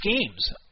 games